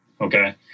okay